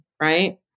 Right